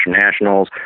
nationals